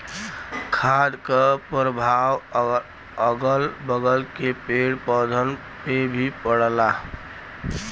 खाद क परभाव अगल बगल के पेड़ पौधन पे भी पड़ला